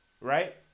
Right